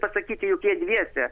pasakyti jog jie dviese